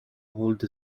holds